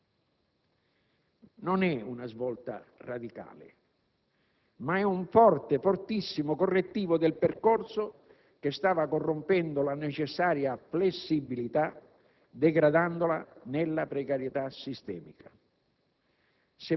La legge proposta corregge alcune norme precedenti e, soprattutto, introduce nuove e necessarie forme di protezione sociale, peraltro molto invocate e lungamente attese, in particolare dai giovani.